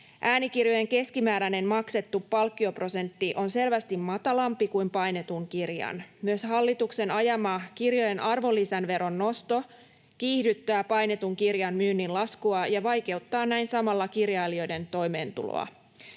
Äänikirjojen keskimääräinen maksettu palkkioprosentti on selvästi matalampi kuin painetun kirjan. Myös hallituksen ajama kirjojen arvonlisäveron nosto kiihdyttää painetun kirjan myynnin laskua ja vaikeuttaa näin samalla kirjailijoiden toimeentuloa.